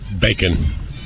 bacon